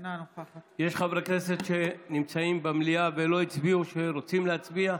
אינה נוכחת יש חברי כנסת שנמצאים במליאה ולא הצביעו ורוצים להצביע?